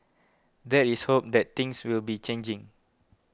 there is hope that things will be changing